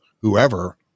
whoever